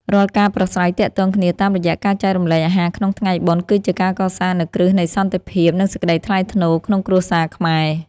រាល់ការប្រាស្រ័យទាក់ទងគ្នាតាមរយៈការចែករំលែកអាហារក្នុងថ្ងៃបុណ្យ គឺជាការកសាងនូវគ្រឹះនៃសន្តិភាព និងសេចក្តីថ្លៃថ្នូរក្នុងគ្រួសារខ្មែរ។